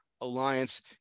Alliance